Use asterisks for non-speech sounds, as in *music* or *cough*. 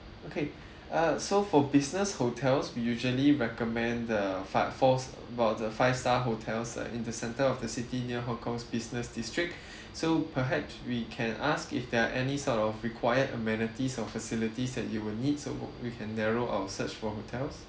okay uh so for business hotels we usually recommend the five four about the five star hotels uh in the centre of the city near hong kong's business district *breath* so perhaps we can ask if there are any sort of required amenities or facilities that you will need so we can narrow our search for hotels